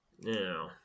Now